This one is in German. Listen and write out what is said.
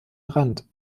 rand